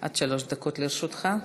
עד שלוש דקות לרשותך.